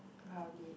probably